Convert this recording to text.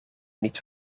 niet